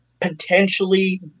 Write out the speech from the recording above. potentially